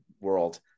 world